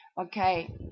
Okay